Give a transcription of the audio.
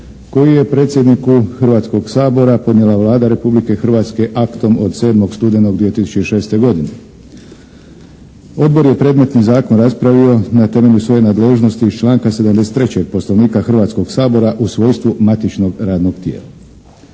koji je predsjedniku Hrvatskog sabora podnijela Vlada Republike Hrvatske aktom od 7. studenog 2006. godine. Odbor je predmetni zakon raspravio na temelju svoje nadležnosti iz članka 73. Poslovnika Hrvatskog sabora u svojstvu matičnog radnog tijela.